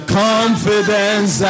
confidence